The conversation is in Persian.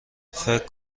فکر